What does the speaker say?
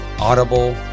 Audible